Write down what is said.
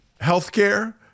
healthcare